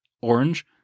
orange